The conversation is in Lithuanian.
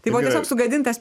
tai buvo tiesiog sugadintas